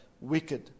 wicked